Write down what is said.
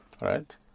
Right